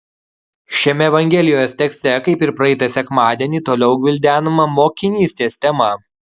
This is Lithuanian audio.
šiame evangelijos tekste kaip ir praeitą sekmadienį toliau gvildenama mokinystės tema